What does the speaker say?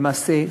למעשה,